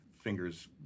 fingers